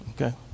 Okay